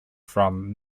from